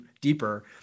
deeper